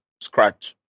scratch